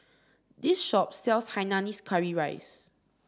this shop sells Hainanese Curry Rice